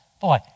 Boy